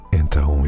então